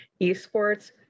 esports